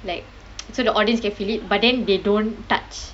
like so the audience can feel it but then they don't touch